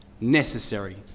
necessary